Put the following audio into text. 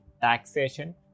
taxation